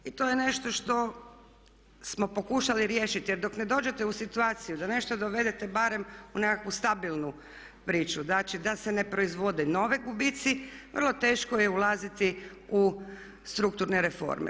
I to je nešto što smo pokušali riješiti, jer dok ne dođete u situaciju da nešto dovedete barem u nekakvu stabilnu priču, znači da se ne proizvode novi gubici vrlo teško je ulaziti u strukturne reforme.